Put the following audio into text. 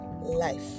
life